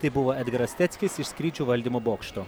tai buvo edgaras steckis iš skrydžių valdymo bokšto